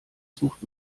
sucht